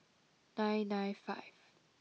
nine nine five